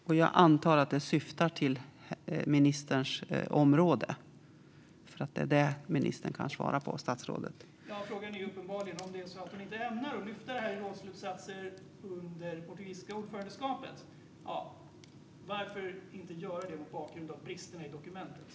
Frågan är uppenbarligen om det är så att hon inte ämnar lyfta upp det här i rådsslutsatser under det portugisiska ordförandeskapet. Varför inte göra det mot bakgrund av bristerna i dokumentet?